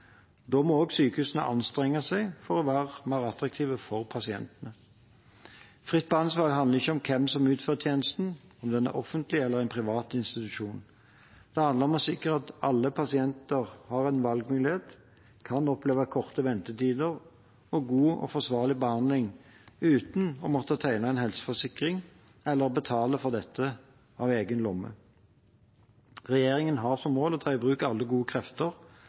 Da må også sykehusene anstrenge seg for å være mer attraktive for pasientene. Fritt behandlingsvalg handler ikke om hvem som utfører tjenesten, om det er en offentlig eller en privat institusjon. Det handler om å sikre at alle pasienter har en valgmulighet, og at de kan oppleve korte ventetider og få god og forsvarlig behandling uten å måtte tegne en helseforsikring eller betale for dette av egen lomme. Regjeringen har som mål å ta i bruk alle gode krefter